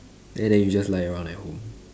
then then you just lie around like home